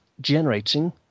generating